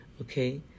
Okay